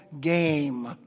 game